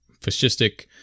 fascistic